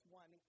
one